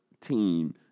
team